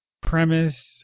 premise